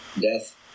death